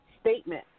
statement